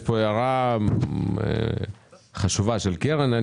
יש פה הערה חשובה של קרן,